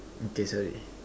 okay sorry